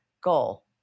goal